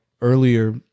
earlier